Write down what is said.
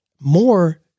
More